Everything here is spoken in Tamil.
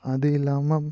அதுவும் இல்லாமல்